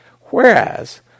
Whereas